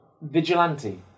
Vigilante